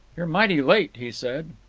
you're mighty late, he said.